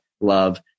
love